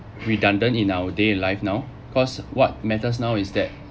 redundant in our daily life now cause what matters now is that